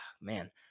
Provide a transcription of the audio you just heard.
man